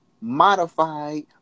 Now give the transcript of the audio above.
modified